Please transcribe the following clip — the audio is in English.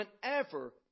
Whenever